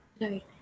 Right